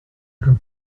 and